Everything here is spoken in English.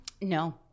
No